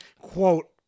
quote